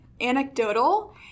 anecdotal